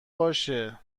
باشه